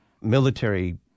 military